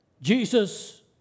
Jesus